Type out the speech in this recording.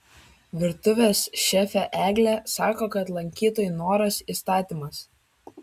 virtuvės šefė eglė sako kad lankytojų noras įstatymas